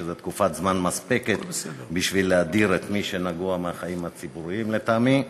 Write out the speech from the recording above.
שזה תקופת זמן מספקת בשביל להדיר מהחיים הציבוריים את מי שנגוע,